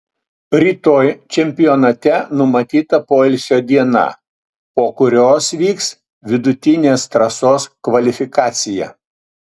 rytoj čempionate numatyta poilsio diena po kurios vyks vidutinės trasos kvalifikacija